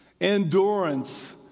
endurance